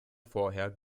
vorher